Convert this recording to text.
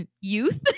youth